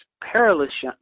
perilous